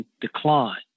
decline